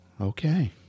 Okay